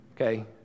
Okay